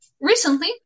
recently